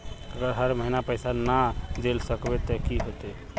अगर हर महीने पैसा ना देल सकबे ते की होते है?